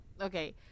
okay